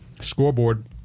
scoreboard